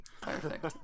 Perfect